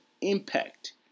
impact